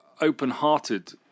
open-hearted